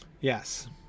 Yes